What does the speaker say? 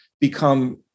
become